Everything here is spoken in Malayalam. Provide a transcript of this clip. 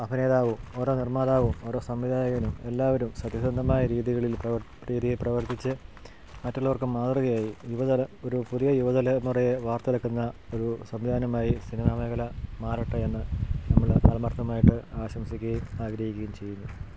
അഭിനേതാവും ഓരോ നിർമ്മാതാവും ഓരോ സംവിധായകനും എല്ലാവരും സത്യസന്ധമായ രീതികളിൽ പ്രവർ രീതി പ്രവർത്തിച്ച് മറ്റുള്ളവർക്കും മാതൃകയായി യുവതല ഒരു പുതിയ യുവതലമുറയെ വാർത്തെടുക്കുന്ന ഒരു സംവിധാനമായി സിനിമാ മേഘല മാറട്ടെ എന്നു നമ്മൾ ആത്മാർത്ഥമായിട്ട് ആശംസിക്കുകയും ആഗ്രഹിക്കുകയും ചെയ്യുന്നു